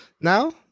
now